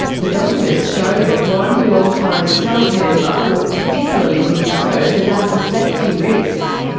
the documents show that one long-time staff member was particularly concerned about the safety risks.